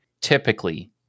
Typically